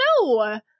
No